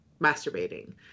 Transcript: masturbating